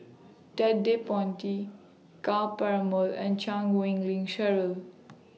Ted De Ponti Ka Perumal and Chan Wei Ling Cheryl